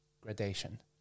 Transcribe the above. gradation